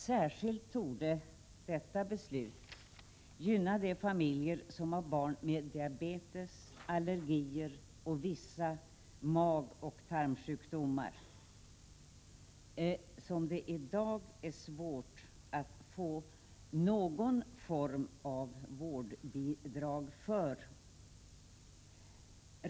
Särskilt torde detta beslut gynna de familjer som har barn med diabetes, allergier och vissa magoch tarmsjukdomar, som det i dag är svårt att få någon form av vårdbidrag för.